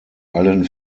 allen